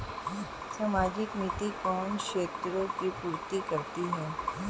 सामाजिक नीति किन क्षेत्रों की पूर्ति करती है?